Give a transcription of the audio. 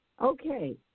Okay